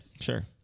Sure